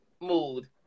Mood